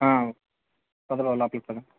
ఆ పదరా లోపలికి పద